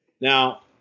Now